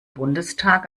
bundestag